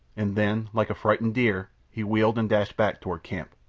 and then, like a frightened deer, he wheeled and dashed back toward camp.